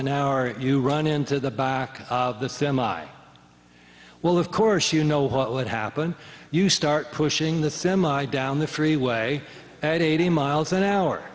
an hour you run into the back of the semi well of course you know what would happen if you start pushing the semi down the freeway at eighty miles an hour